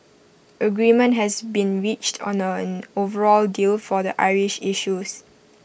agreement has been reached on an overall deal for the Irish issues